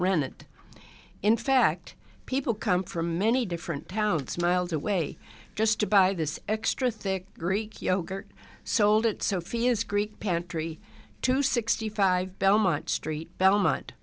remnant in fact people come from many different towns miles away just to buy this extra thick greek yogurt sold at sophia's greek pantry to sixty five belmont street belmont